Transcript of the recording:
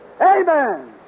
Amen